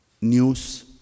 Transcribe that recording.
news